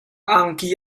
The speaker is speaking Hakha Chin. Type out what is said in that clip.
angki